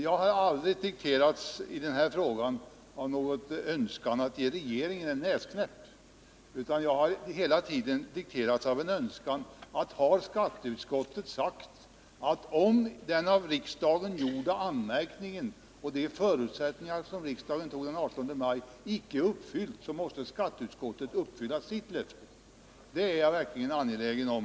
Jag har aldrig i den här frågan dikterats av någon önskan att ge regeringen en näsknäpp, utan jag har hela tiden dikterats av en strävan att skatteutskottet skall stå vid sitt löfte. Om den av riksdagen gjorda anmärkningen och om de förutsättningar som gällde när riksdagen tog sitt beslut den 18 maj icke uppfylls måste skatteutskottet uppfylla sitt löfte. Det är jag verkligen angelägen om.